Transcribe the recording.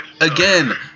again